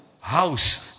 house